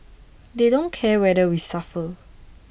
they don't care whether we suffer